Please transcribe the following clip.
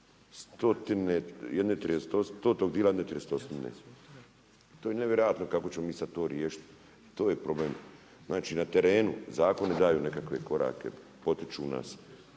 tridesetosmine. To je nevjerojatno kako ćemo mi sad to riješiti. To je problem, znači na terenu, zakonu daju nekakve korake, potiču nas,